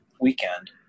weekend